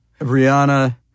Rihanna